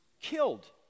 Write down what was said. killed